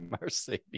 Mercedes